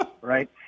right